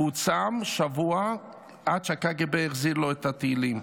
הוא צם שבוע עד שהקג"ב החזיר לו את התהילים.